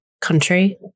country